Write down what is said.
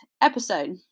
episode